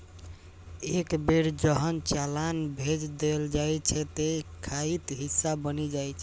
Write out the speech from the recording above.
एक बेर जहन चालान भेज देल जाइ छै, ते ई खाताक हिस्सा बनि जाइ छै